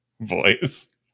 voice